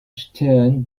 stehen